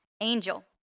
Angel